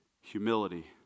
humility